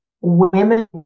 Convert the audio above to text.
women